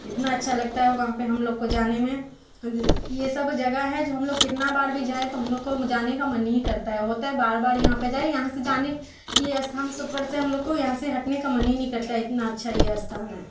इतना अच्छा लगता है वहाँ पे हम लोग को जाने में ये सब जगह है जो हम लोग कितना बार भी जाए तो हम लोग को जाने का मन ही करता है होता है बार बार यहाँ पे जाए यहाँ से जाने ये स्थान से पर से हम लोग को यहाँ से हटने का मन ही नहीं करता है इतना अच्छा ये स्थान है